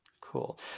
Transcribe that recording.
Cool